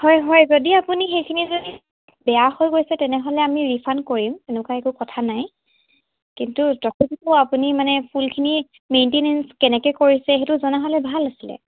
হয় হয় যদি আপুনি সেইখিনি যদি বেয়া হৈ গৈছে তেনেহ'লে আমি ৰিফাণ্ড কৰিম তেনেকুৱা একো কথা নাই কিন্তু তথাপিতো আপুনি মানে ফুলখিনি মেইনটেনেঞ্চ কেনেকৈ কৰিছে সেইটো জনা হ'লে ভাল আছিলে